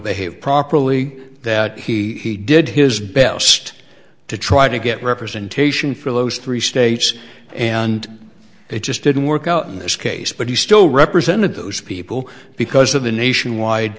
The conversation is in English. him properly that he did his best to try to get representation for those three states and it just didn't work out in this case but he still represented those people because of the nationwide